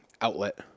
outlet